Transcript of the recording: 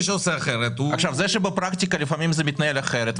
זה שבפרקטיקה לפעמים זה מתנהל אחרת,